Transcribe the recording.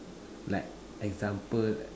like example